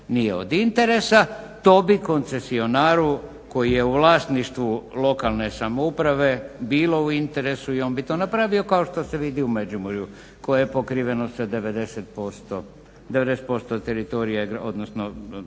nije od interesa, to bi koncesionaru koji je u vlasništvu lokalne samouprave bilo u interesu i on bi to napravio kao što se vidi u međimurju koje je pokriveno sa 90% teritorija, odnosno